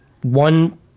one